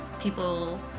people